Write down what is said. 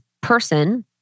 person